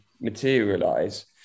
materialize